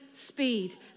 Speed